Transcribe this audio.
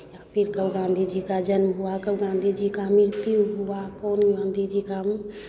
या फिर कब गाँधी जी का जन्म हुआ कब गाँधी जी का मृत्यु हुआ कौन गाँधी जी का